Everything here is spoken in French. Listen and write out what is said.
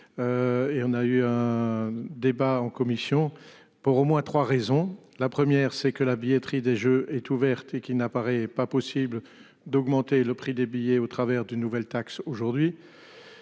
Et on a eu un. Débat en commission pour au moins 3 raisons, la première c'est que la billetterie des Jeux est ouverte et qui n'apparaît pas possible d'augmenter le prix des billets au travers d'une nouvelle taxe aujourd'hui.